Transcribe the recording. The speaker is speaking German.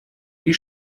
wie